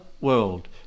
world